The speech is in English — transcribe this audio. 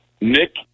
Nick